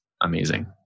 amazing